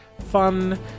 fun